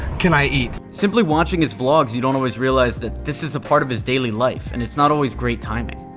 can i eat. simply watching his vlogs you don't always realize that this is a part of his daily life and it's not always great timing.